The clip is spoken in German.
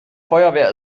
feuerwehr